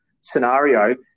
scenario